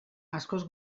askoz